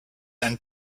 and